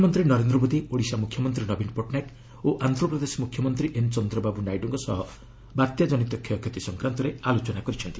ପ୍ରଧାନମନ୍ତ୍ରୀ ନରେନ୍ଦ୍ର ମୋଦି ଓଡ଼ିଶା ମୁଖ୍ୟମନ୍ତ୍ରୀ ନବୀନ ପଟ୍ଟନାୟକ ଓ ଆନ୍ଧ୍ରପ୍ରଦେଶ ମୁଖ୍ୟମନ୍ତ୍ରୀ ଏନ୍ ଚନ୍ଦ୍ରବାବୁ ନାଇଡୁଙ୍କ ସହ ବାତ୍ୟାଜନିତ କ୍ଷୟକ୍ଷତି ସଂକ୍ରାନ୍ତରେ ଆଲୋଚନା କରିଛନ୍ତି